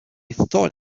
thought